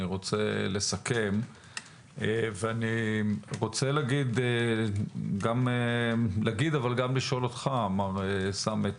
אני רוצה לסכם ולומר וגם לשאול אותך, מר סמט